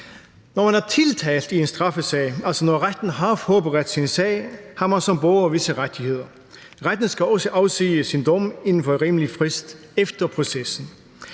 Når man er tiltalt i en straffesag, altså når retten har forberedt sin sag, har man som borger visse rettigheder. Retten skal også afsige sin dom inden for rimelig frist efter processen.